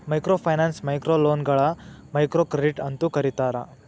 microfinance ಮೈಕ್ರೋಲೋನ್ಗಳ microcredit ಅಂತೂ ಕರೇತಾರ